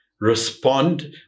Respond